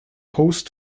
post